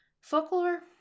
folklore